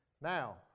Now